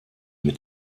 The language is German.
mit